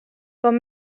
com